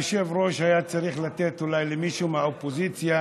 היושב-ראש היה צריך לתת אולי למישהו מהאופוזיציה,